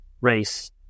race